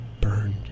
burned